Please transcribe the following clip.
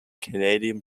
canadian